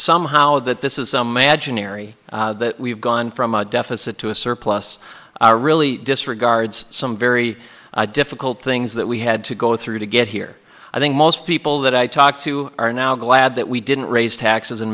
somehow that this is some magic narry that we've gone from a deficit to a surplus are really disregards some very difficult things that we had to go through to get here i think most people that i talk to are now glad that we didn't raise taxes and